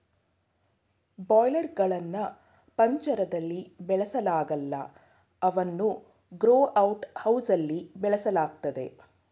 boiler ಗಳ್ನ ಪಂಜರ್ದಲ್ಲಿ ಬೆಳೆಸಲಾಗಲ್ಲ ಅವನ್ನು ಗ್ರೋ ಔಟ್ ಹೌಸ್ಲಿ ಬೆಳೆಸಲಾಗ್ತದೆ